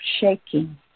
shaking